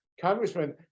Congressman